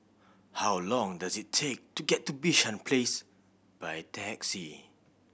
how long does it take to get to Bishan Place by taxi